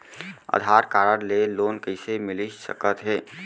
आधार card ले loan कइसे मिलिस सकत हे?